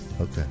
Okay